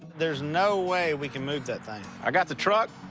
there's no way we can move that thing. i got the truck,